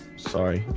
sorry,